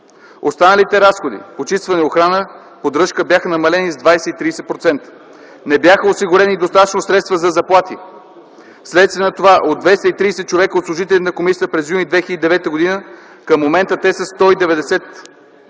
Останалите разходи – почистване, охрана и поддръжка – бяха намалени с 20-30%. Не бяха осигурени достатъчно средства за заплати. Вследствие на това от 230 човека – служители на комисията през юни 2009 г., към момента те са 190,